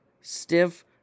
stiff